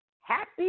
happy